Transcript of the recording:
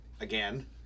again